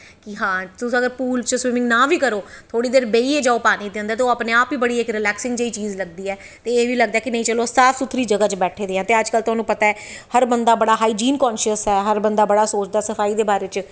कि हां तुस अगर बूल च स्विमिंग ना बी करो थोह्ड़ी देर बेही गै जाओ पानी च ते ओह् बी इक बड़ी रिलैक्सिंग जेही चीज़ लगदी ऐ ते एह् बी लगदा ऐ कि इक साफ सुथरी जेही जगाह् च बैठे दे आं ते अज्ज कल हर बंदा बड़ा कांशियस ऐ हाईजीनस दा बड़ा सोचदा सफाई दे बारे च